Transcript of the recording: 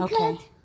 Okay